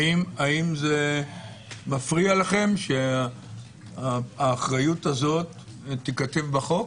האם מפריע לכם שהאחריות הזאת תיכתב בחוק?